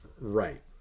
Right